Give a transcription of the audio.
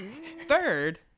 Third